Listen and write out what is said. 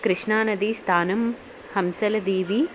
కృష్ణా నది స్థానం హంసలదీవి